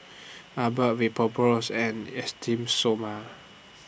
Abbott Vapodrops and Esteem Stoma